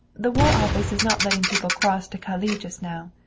the war office is not letting people cross to calais just now.